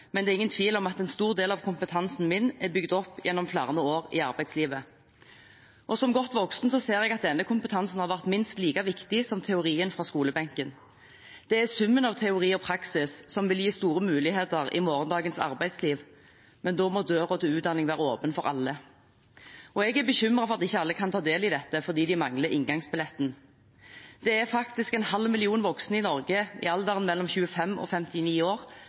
men det er ingen tvil om at en stor del av kompetansen min er bygget opp gjennom flere år i arbeidslivet. Som godt voksen ser jeg at denne kompetansen har vært minst like viktig som teorien fra skolebenken. Det er summen av teori og praksis som vil gi store muligheter i morgendagens arbeidsliv. Men da må døren til utdanning være åpen for alle. Jeg er bekymret for at ikke alle kan ta del i dette fordi de mangler inngangsbilletten. Det er faktisk en halv million voksne i Norge, i alderen mellom 25 og 59 år,